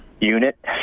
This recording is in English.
Unit